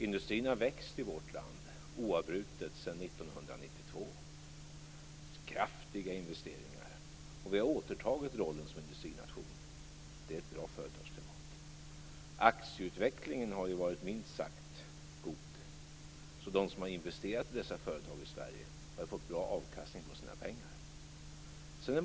Industrin har växt oavbrutet i vårt land sedan 1992 med kraftiga investeringar. Vi har återtagit rollen som industrination. Företagsklimatet är bra. Aktieutvecklingen har varit minst sagt god, så de som har investerat i dessa företag i Sverige har fått bra avkastning på sina pengar.